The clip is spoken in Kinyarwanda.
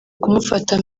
kumufata